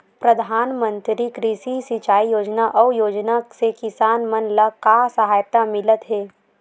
प्रधान मंतरी कृषि सिंचाई योजना अउ योजना से किसान मन ला का सहायता मिलत हे?